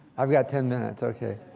i've got ten minutes, ok.